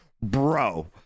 bro